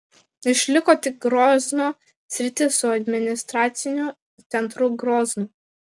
išliko tik grozno sritis su administraciniu centru groznu